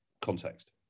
context